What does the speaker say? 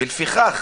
ולפיכך